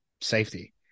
safety